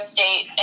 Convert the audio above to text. State